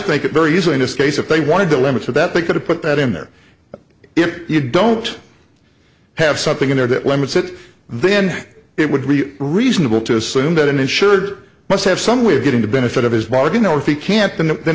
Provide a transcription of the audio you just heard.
think it varies or in this case if they wanted to limit so that they could put that in there if you don't have something in there that limits it then it would be reasonable to assume that an insured must have some we're getting the benefit of his bargain or if he can't then